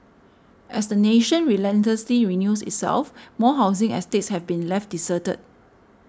as the nation relentlessly renews itself more housing estates have been left deserted